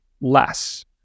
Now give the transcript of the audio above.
less